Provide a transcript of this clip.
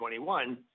2021